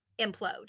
implode